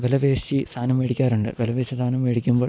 വില പേശി സാധനം മേടിക്കാറുണ്ട് വില പേശി സാധനം മേടിക്കുമ്പോൾ